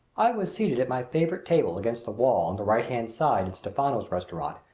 i was seated at my favorite table against the wall on the right-hand side in stephano's restaurant,